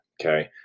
Okay